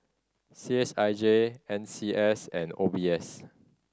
C H I J N C S and O B S